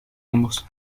ambos